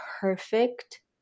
perfect